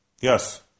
Yes